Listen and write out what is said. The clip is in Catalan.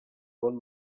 bon